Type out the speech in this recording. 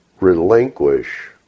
relinquish